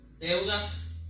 deudas